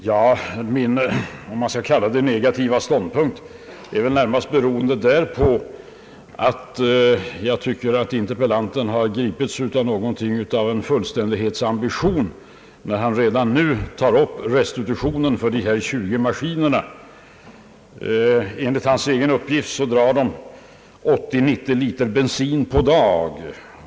Herr talman! Min negativa ståndpunkt, om man skall kalla den så, beror närmast på att jag tycker att interpellanten har gripits av en fullkomlighetsambition, när han redan nu tar upp frågan om restitution för dessa tjugu maskiner. Enligt hans egen uppgift drar de 80—90 liter bensin per dag.